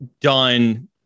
done